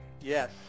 Yes